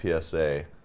PSA